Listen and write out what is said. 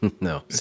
No